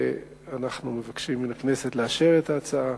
ואנחנו מבקשים מן הכנסת לאשר את ההצעה.